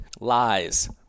lies